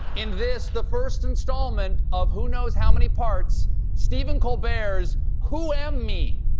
in this, the first installment of who knows how many parts stephen colbert's who am me!